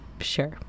sure